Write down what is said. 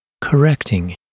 correcting